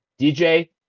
DJ